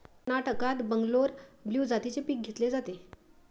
कर्नाटकात बंगलोर ब्लू जातीचे पीक घेतले जाते